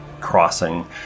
crossing